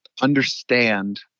understand